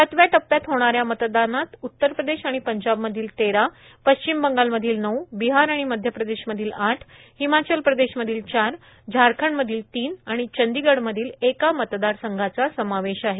सातव्या टप्प्यात होणाऱ्या मतदानात उत्तर प्रदेश आणि पंजाबमधील तेरा पश्चिम बंगालमधील नऊ बिहार आणि मध्य प्रदेश मधील आठ हिमाचल प्रदेशमधील चार झारखंडमधील तीन आणि चंदीगढमधील एका मतदारसंघाचा समावेश आहे